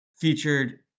featured